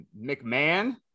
McMahon